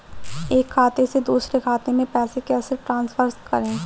एक खाते से दूसरे खाते में पैसे कैसे ट्रांसफर करें?